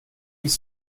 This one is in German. ich